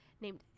named